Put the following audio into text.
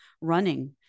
running